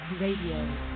Radio